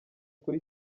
kuri